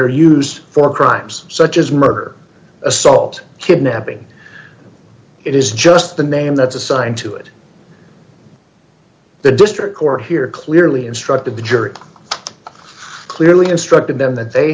are used for crimes such as murder assault kidnapping it is just the name that's assigned to it the district court here clearly instructed the jury clearly instructed them that they